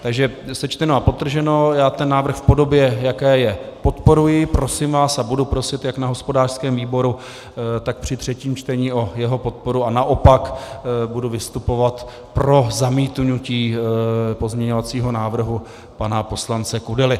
Takže sečteno a podtrženo, já ten návrh v podobě, v jaké je, podporuji, prosím vás a budu prosit jak na hospodářském výboru, tak při třetím čtení o jeho podporu a naopak budu vystupovat pro zamítnutí pozměňovacího návrhu pana poslance Kudely.